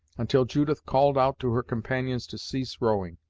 until judith called out to her companions to cease rowing,